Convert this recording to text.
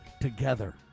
together